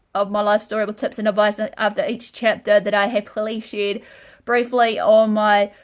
of my life story with tips and advice ah after each chapter that i have clearly shared briefly on my